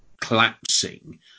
collapsing